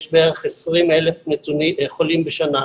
יש בערך 20,000 חולים בשנה.